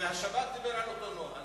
והשב"כ דיבר על אותו נוהל,